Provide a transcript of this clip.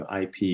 IP